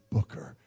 Booker